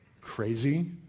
crazy